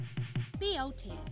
BLT